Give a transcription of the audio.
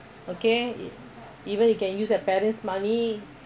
you can study in singapore